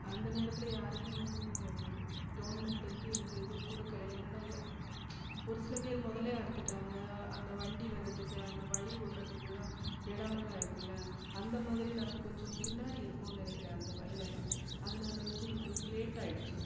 அந்த நேரத்தில் யாருக்கும் ஒன்றும் கவர்மண்ட்லேருந்து எந்த இதுவும் கொடுக்கல என்னென்னா எ ஒரு சில பேர் முதல்லே அறுத்துவிட்டாங்க அந்த வண்டி வர்றதுக்கு அந்த வழி விட்றதுக்குலாம் இடமெல்லாம் இருக்கில்ல அந்தமாதிரி நாங்கள் கொஞ்சம் பின்னாடி இருக்கோம்னு நினைக்கிறேன் அந்த வயலெல்லாம் அதனால வந்து எங்களுக்கு லேட் ஆகிடுச்சி